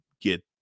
get